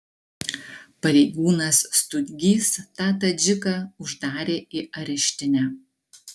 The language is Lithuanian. pareigūnas stugys tą tadžiką uždarė į areštinę